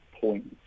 points